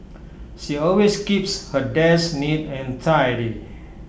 she always keeps her desk neat and tidy